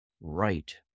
right